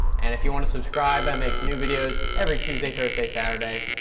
and if you want to subscribe, i make new videos every tuesday thursday saturday.